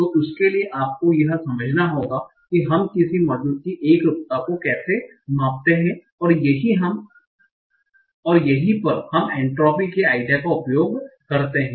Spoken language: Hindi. तो इसके लिए आपको यह समझना होगा कि हम किसी मॉडल की एकरूपता को कैसे मापते हैं और यहीं पर हम एन्ट्रापी के आइडिया का उपयोग करते हैं